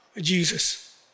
Jesus